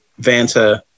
Vanta